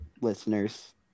listeners